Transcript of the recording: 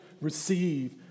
receive